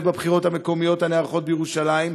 בבחירות המקומיות הנערכות בירושלים.